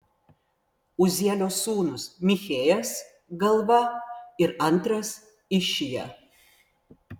uzielio sūnūs michėjas galva ir antras išija